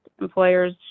employers